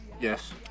Yes